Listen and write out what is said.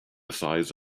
size